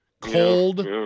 Cold